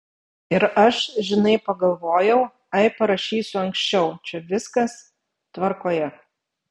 ir aš žinai pagalvojau ai parašysiu anksčiau čia viskas tvarkoje